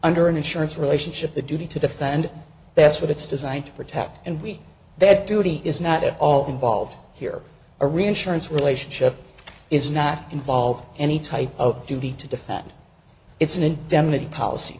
under an insurance relationship the duty to defend that's what it's designed to protect and we that duty is not at all involved here a reinsurance relationship is not involved any type of duty to defend it's an